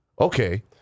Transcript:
Okay